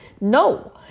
No